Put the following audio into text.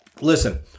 Listen